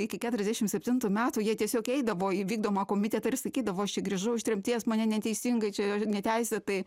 iki keturiasdešimt septintų metų jie tiesiog eidavo į vykdomą komitetą ir sakydavo aš čia grįžau iš tremties mane neteisingai čia jo neteisėtai